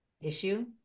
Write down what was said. issue